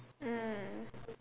mm